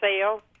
sale